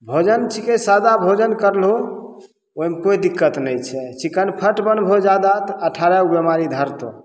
भोजन छीकै सादा भोजन करलहो ओइमे कोइ दिक्कत नहि छै चिक्कन फट बनबहो जादा तऽ अठारह गो बीमारी धरतऽ